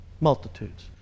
Multitudes